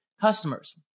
customers